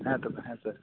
ᱦᱮᱸ ᱛᱚ ᱦᱮᱸ ᱥᱟᱨ